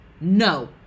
No